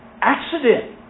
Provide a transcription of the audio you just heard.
accident